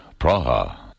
Praha